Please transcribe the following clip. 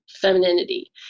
femininity